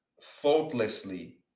thoughtlessly